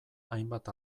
hainbat